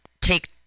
take